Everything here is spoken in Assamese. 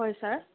হয় ছাৰ